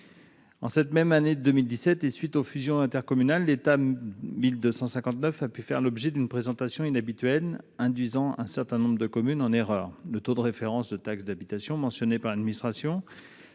d'habitation. Or, en 2017, à la suite des fusions intercommunales, l'état 1259 a pu faire l'objet d'une présentation inhabituelle, induisant un certain nombre de communes en erreur. Le taux de référence de taxe d'habitation mentionné par l'administration